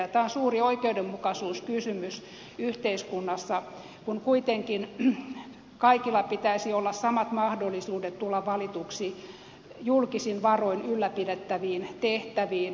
tämä on suuri oikeudenmukaisuuskysymys yhteiskunnassa kun kuitenkin kaikilla pitäisi olla samat mahdollisuudet tulla valituksi julkisin varoin ylläpidettäviin tehtäviin